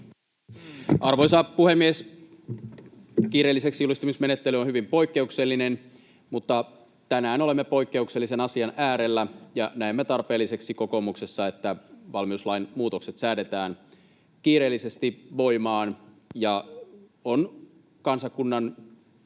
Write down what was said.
Arvoisa puhemies! Kiireelliseksijulistamismenettely on hyvin poikkeuksellinen, mutta tänään olemme poikkeuksellisen asian äärellä, ja näemme kokoomuksessa tarpeelliseksi, että valmiuslain muutokset säädetään kiireellisesti voimaan. Ja on kansakunnan